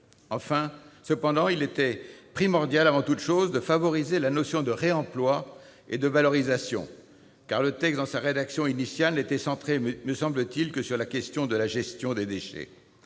Cependant, il était primordial, avant toute chose, de favoriser la notion de réemploi et de valorisation, car le texte, dans sa rédaction initiale, n'était centré, me semble-t-il, que sur la question de la gestion des déchets.